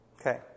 Okay